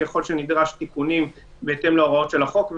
ככל שנדרשים תיקונים בהתאם להוראות של החוק.